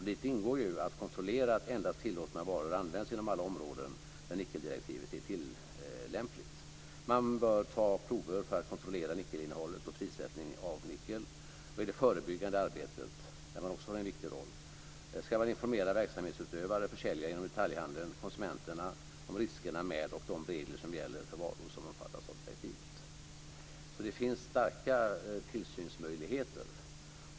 Däri ingår att kontrollera att endast tillåtna varor används inom alla områden där nickeldirektivet är tillämpligt. Man bör ta prover för att kontrollera nickelinnehållet och frisättningen av nickel. I det förebyggande arbetet, där man också har en viktig roll, ska man informera verksamhetsutövare, försäljare inom detaljhandeln och konsumenterna om riskerna och om de regler som gäller för varor som omfattas av direktivet. Det finns alltså starka tillsynsmöjligheter.